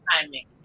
timing